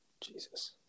Jesus